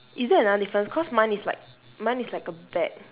is there another difference cause mine is like mine is like a bag